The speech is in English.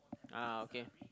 ah okay